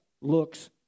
looks